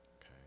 okay